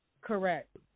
Correct